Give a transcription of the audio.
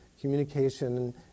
communication